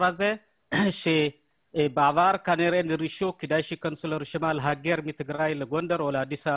הזה שבעבר כנראה לא היגרו לגונדר או לאדיס,